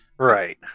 Right